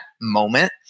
moment